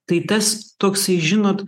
tai tas toksai žinot